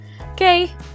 Okay